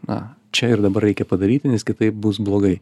na čia ir dabar reikia padaryti nes kitaip bus blogai